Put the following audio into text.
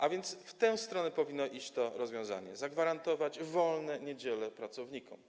A więc w tę stronę powinno iść to rozwiązanie - po prostu zagwarantować wolne niedziele pracownikom.